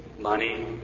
money